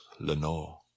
Lenore